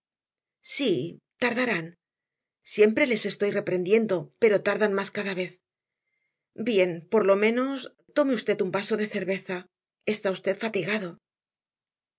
sí tardarán siempre les estoy reprendiendo pero tardan más cada vez bien por lo menos tome usted un vaso de cerveza está usted fatigado